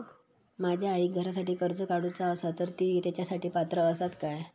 माझ्या आईक घरासाठी कर्ज काढूचा असा तर ती तेच्यासाठी पात्र असात काय?